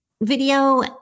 video